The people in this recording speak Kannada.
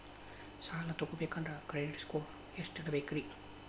ಸಾಲ ತಗೋಬೇಕಂದ್ರ ಕ್ರೆಡಿಟ್ ಸ್ಕೋರ್ ಎಷ್ಟ ಇರಬೇಕ್ರಿ?